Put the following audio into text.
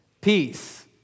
Peace